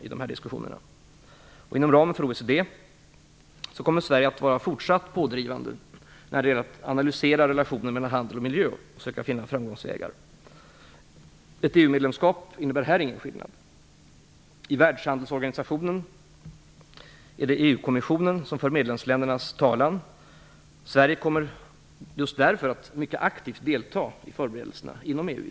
Inom ramen för OECD kommer Sverige att fortsätta att vara pådrivande när det gäller att analysera relationen mellan handel och miljö och söka finna framgångsvägar. Ett EU-medlemskap innebär här ingen skillnad. I världshandelsorganisationen är det EU-kommissionen som för medlemsländernas talan, och Sverige kommer därför att delta mycket aktivt i förberedelserna inom EU.